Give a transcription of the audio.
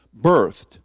birthed